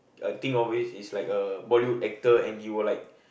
uh think of it it's like a Bollywood actor and he will like